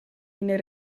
ina